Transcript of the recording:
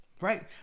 right